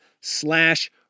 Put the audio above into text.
slash